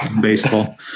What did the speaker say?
baseball